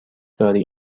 داری